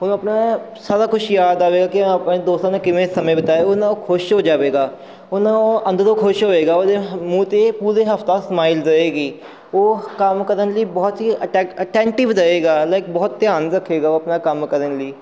ਉਹਨੂੰ ਆਪਣਾ ਸਾਰਾ ਕੁਛ ਯਾਦ ਆਵੇਗਾ ਕਿ ਹਾਂ ਆਪਣੇ ਦੋਸਤਾਂ ਨੇ ਕਿਵੇਂ ਸਮੇਂ ਬਿਤਾਏ ਉਹਦੇ ਨਾਲ ਉਹ ਖੁਸ਼ ਹੋ ਜਾਵੇਗਾ ਉਹਦੇ ਨਾਲ ਉਹ ਅੰਦਰੋਂ ਖੁਸ਼ ਹੋਏਗਾ ਉਹਦੇ ਮੂੰਹ 'ਤੇ ਪੂਰੇ ਹਫਤਾ ਸਮਾਈਲ ਰਹੇਗੀ ਉਹ ਕੰਮ ਕਰਨ ਲਈ ਬਹੁਤ ਹੀ ਅਟੈਟ ਅਟੈਂਟਿਵ ਰਹੇਗਾ ਹਾਲਾਂਕਿ ਬਹੁਤ ਧਿਆਨ ਰੱਖੇਗਾ ਉਹ ਆਪਣਾ ਕੰਮ ਕਰਨ ਲਈ